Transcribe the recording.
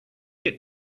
get